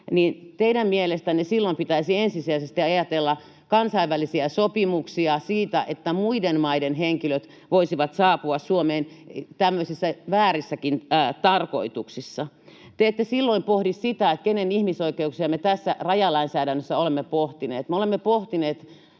teidän mielestänne silloin pitäisi ensisijaisesti ajatella kansainvälisiä sopimuksia siitä, että muiden maiden henkilöt voisivat saapua Suomeen tämmöisissä väärissäkin tarkoituksissa. Te ette silloin pohdi sitä, kenen ihmisoikeuksia me tässä rajalainsäädännössä olemme pohtineet. Me olemme pohtineet